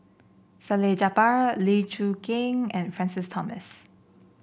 Salleh Japar Lee Choon Kee and Francis Thomas